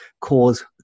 cause